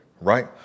right